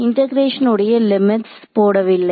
integration உடைய limits போடவில்லை